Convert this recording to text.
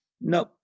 No